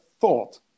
thought